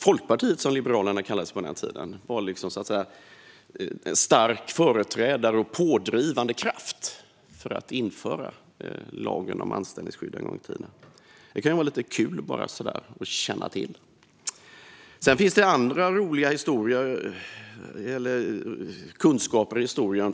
Folkpartiet, som Liberalerna kallades på den tiden, var en stark företrädare och pådrivande kraft för att införa lagen om anställningsskydd en gång i tiden. Detta kan vara kul att känna till. Det finns andra roliga kunskaper i historien.